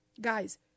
Guys